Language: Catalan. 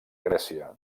grècia